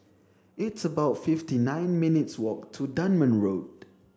it's about fifty nine minutes' walk to Dunman Road